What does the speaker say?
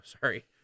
sorry